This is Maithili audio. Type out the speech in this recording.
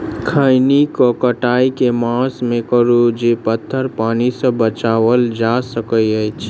खैनी केँ कटाई केँ मास मे करू जे पथर पानि सँ बचाएल जा सकय अछि?